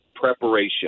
preparation